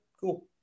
cool